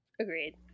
Agreed